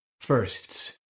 firsts